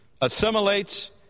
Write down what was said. assimilates